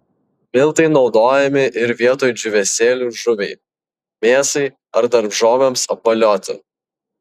miltai naudojami ir vietoj džiūvėsėlių žuviai mėsai ar daržovėms apvolioti